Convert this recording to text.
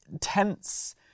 tense